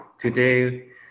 today